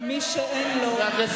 מי שאין לו, למה לא עשיתם את זה?